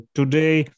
today